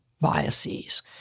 biases